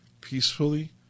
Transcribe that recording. peacefully